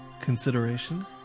consideration